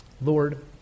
Lord